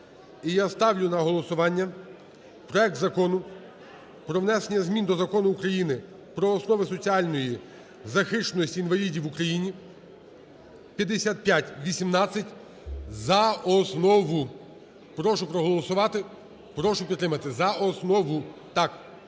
І я ставлю на голосування проект Закону про внесення змін до Закону України "Про основи соціальної захищеності інвалідів в Україні" (5518) за основу. Прошу проголосувати. Прошу підтримати. За основу, так.